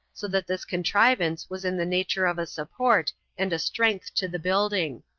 so that this contrivance was in the nature of a support and a strength to the building.